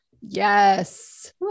Yes